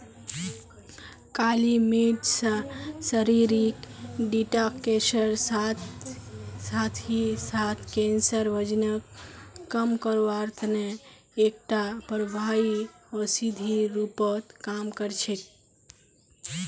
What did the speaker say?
काली मिर्च शरीरक डिटॉक्सेर साथ ही साथ कैंसर, वजनक कम करवार तने एकटा प्रभावी औषधिर रूपत काम कर छेक